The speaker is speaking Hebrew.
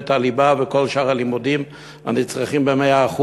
את הליבה וכל שאר הלימודים הנצרכים ב-100%.